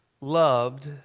loved